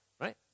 right